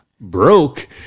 broke